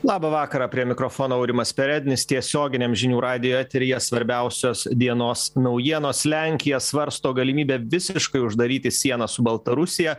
labą vakarą prie mikrofono aurimas perednis tiesioginiam žinių radijo eteryje svarbiausios dienos naujienos lenkija svarsto galimybę visiškai uždaryti sieną su baltarusija